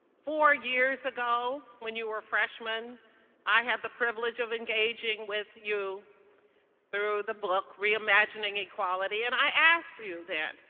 four years ago, when you were freshmen i had the privilege of engaging with you through the book reimagining equality and i asked you then,